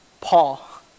Paul